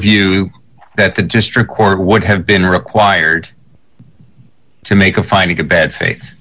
view that the district court would have been required to make a finding a bad fa